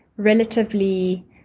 relatively